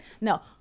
No